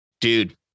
Dude